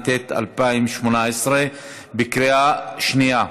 התשע"ט 2018, בקריאה שנייה.